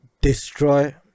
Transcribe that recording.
destroy